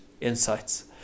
insights